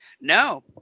No